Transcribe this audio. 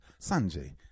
Sanjay